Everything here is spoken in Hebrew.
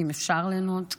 אם אפשר ליהנות,